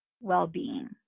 well-being